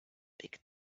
big